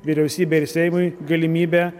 vyriausybei ir seimui galimybę